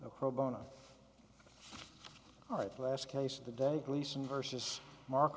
a pro bono all right last case of the day gleason versus mark